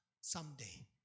someday